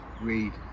read